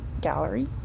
gallery